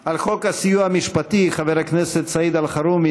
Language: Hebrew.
על חוק הסיוע המשפטי חבר הכנסת סעיד אלחרומי